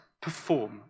perform